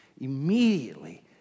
immediately